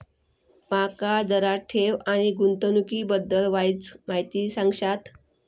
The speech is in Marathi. माका जरा ठेव आणि गुंतवणूकी बद्दल वायचं माहिती सांगशात?